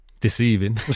deceiving